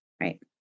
Right